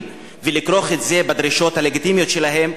ולכרוך את זה בדרישות הלגיטימיות שלהם,